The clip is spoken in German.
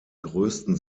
größten